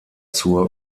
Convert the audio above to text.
zur